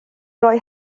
roi